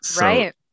right